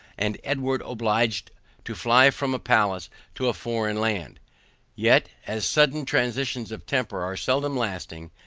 and edward obliged to fly from a palace to a foreign land yet, as sudden transitions of temper are seldom lasting,